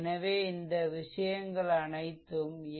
எனவே இந்த விஷயங்கள் அனைத்தும் ஏ